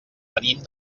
venim